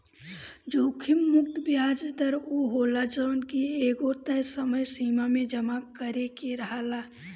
जोखिम मुक्त बियाज दर उ होला जवन की एगो तय समय सीमा में जमा करे के रहेला